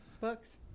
books